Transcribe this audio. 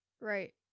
Right